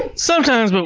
sometimes, but